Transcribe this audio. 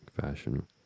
fashion